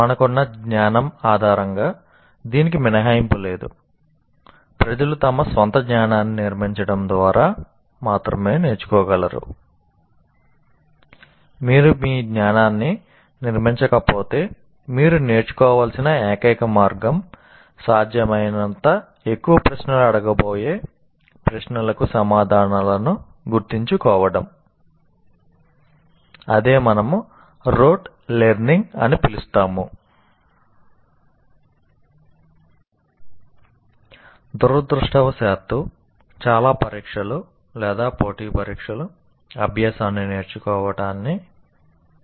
మనకున్న జ్ఞానం ఆధారంగా దురదృష్టవశాత్తు చాలా పరీక్షలు లేదా పోటీ పరీక్షలు అభ్యాసాన్ని నేర్చుకోవటానికి తగ్గిస్తాయి